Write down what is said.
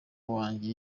wanjye